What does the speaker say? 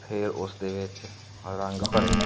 ਫਿਰ ਉਸ ਦੇ ਵਿੱਚ ਰੰਗ ਭਰੇ